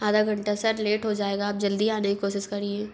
आधा घंटा sir late हो जाएगा आप जल्दी आने का कोशिश करिए